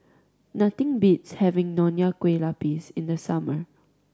nothing beats having Nonya Kueh Lapis in the summer